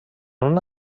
una